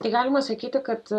tai galima sakyti kad